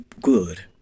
good